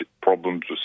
problems